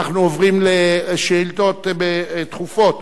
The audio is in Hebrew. אנחנו עוברים לשאילתות דחופות.